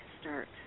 start